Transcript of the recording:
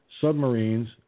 submarines